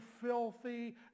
filthy